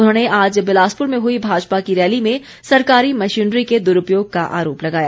उन्होंने आज बिलासपुर में हुई भाजपा की रैली में सरकारी मशीनरी के दुरूपयोग का आरोप लगाया